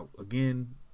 again—